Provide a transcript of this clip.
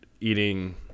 eating